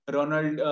Ronald